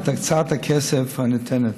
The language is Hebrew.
את הקצאת הכסף הניתנת.